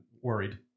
worried